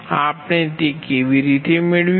આપણે તે કેવી રીતે મેળવીશું